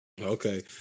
Okay